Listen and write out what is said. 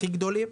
הכי גדולים.